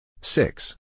Six